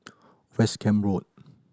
West Camp Road